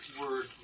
word